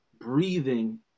breathing